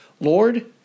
Lord